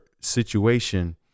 situation